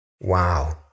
Wow